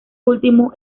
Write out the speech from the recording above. último